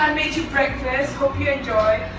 made you breakfast, hope you enjoy